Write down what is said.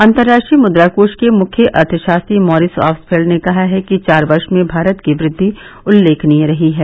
अंतर्राष्ट्रीय मुद्रा कोष के मुख्य अर्थशास्त्री मॉरिस ऑब्सफेल्ड ने कहा है कि चार वर्ष में भारत की वृद्वि उल्लेखनीय रही है